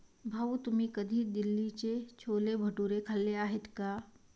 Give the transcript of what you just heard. भाऊ, तुम्ही कधी दिल्लीचे छोले भटुरे खाल्ले आहेत का?